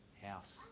house